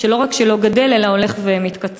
שלא רק שלא גדל אלא הולך ומתקצץ.